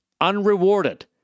unrewarded